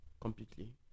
completely